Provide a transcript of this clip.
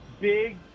big